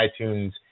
iTunes